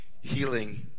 healing